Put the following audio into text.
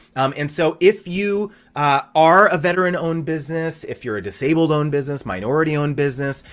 um and so if you are a veteran owned business, if you're a disabled owned business, minority owned business,